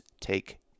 take